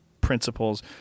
principles